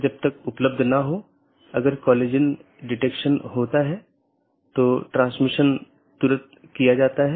तो इसका मतलब यह है कि OSPF या RIP प्रोटोकॉल जो भी हैं जो उन सूचनाओं के साथ हैं उनका उपयोग इस BGP द्वारा किया जा रहा है